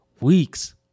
weeks